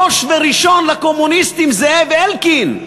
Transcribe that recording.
ראש וראשון לקומוניסטים זאב אלקין,